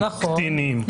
קטינים.